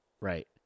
Right